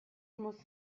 muss